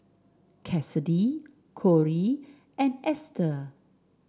Cassidy Korey and Esther